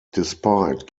despite